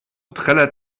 trällert